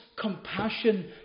compassion